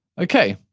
okay,